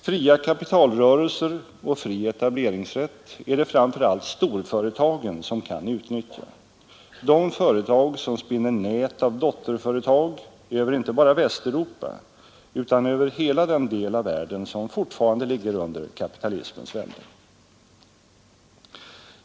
Fria kapitalrörelser och fri etableringsrätt är det framför allt storföretagen som kan utnyttja, de företag som spinner nät av dotterföretag över inte bara Västeuropa utan hela den del av världen som fortfarande ligger under kapitalismens välde.